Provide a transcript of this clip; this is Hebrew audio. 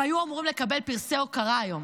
הם היו אמורים לקבל פרסום הוקרה היום.